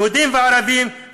יהודים וערבים,